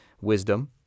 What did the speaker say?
wisdom